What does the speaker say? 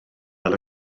fel